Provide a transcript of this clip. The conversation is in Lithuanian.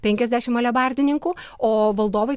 penkiasdešim alebardininkų o valdovai